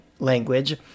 language